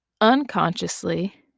unconsciously